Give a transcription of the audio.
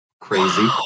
Crazy